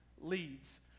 leads